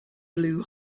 blew